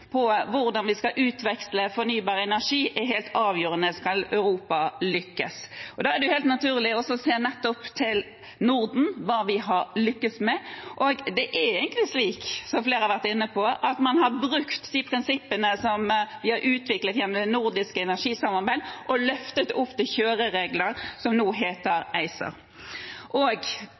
hvordan vi skal utveksle fornybar energi er helt avgjørende skal Europa lykkes. Og da er det helt naturlig å se nettopp til hva vi i Norden har lyktes med. Og det er egentlig slik, som flere har vært inne på, at vi har brukt de prinsippene vi har utviklet gjennom det nordiske energisamarbeidet, og løftet det opp til kjøreregler som nå heter ACER. Og vi har manglet kraft i Norge fram til nå og